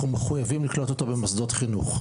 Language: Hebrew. אנחנו מחויבים לקלוט אותו במוסדות חינוך.